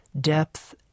depth